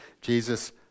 Jesus